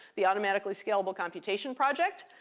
the automatically scalable computation project.